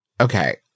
Okay